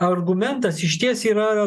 argumentas išties yra